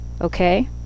okay